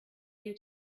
you